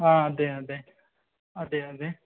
ആ അതെ അതെ അതെ അതെ